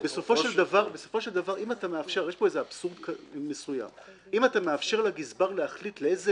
בסופו של דבר יש פה אבסורד מסוים אם אתה מאפשר לגזבר להחליט לאיזה